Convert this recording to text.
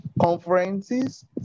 conferences